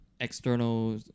external